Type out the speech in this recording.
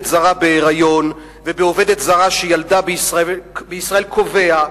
זרה בהיריון ובעובדת זרה שילדה בישראל קובע,